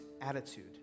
attitude